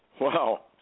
Wow